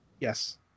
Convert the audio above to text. Yes